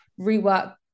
rework